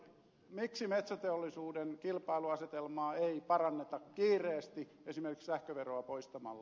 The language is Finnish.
miksi metsäteollisuuden kilpailuasetelmaa ei paranneta kiireesti esimerkiksi sähköveroa poistamalla